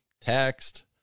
text